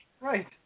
Right